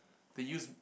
they use